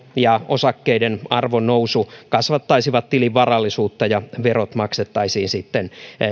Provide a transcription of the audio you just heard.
ja osakkeiden arvonnousu kasvattaisivat tilin varallisuutta ja verot maksettaisiin sitten